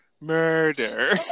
murder